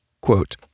Quote